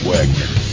Wagner